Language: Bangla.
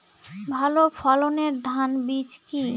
ভালো ফলনের ধান বীজ কি?